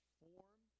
form